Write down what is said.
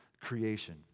creation